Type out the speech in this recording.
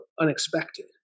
unexpected